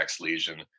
lesion